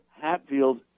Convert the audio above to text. Hatfield